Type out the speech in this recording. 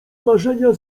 marzenia